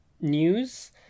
news